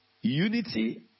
unity